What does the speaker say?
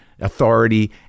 authority